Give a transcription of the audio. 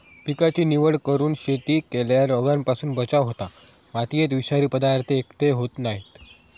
पिकाची निवड करून शेती केल्यार रोगांपासून बचाव होता, मातयेत विषारी पदार्थ एकटय होयत नाय